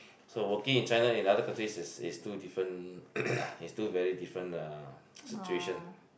so working in China in other countries is is two different is two very different uh situation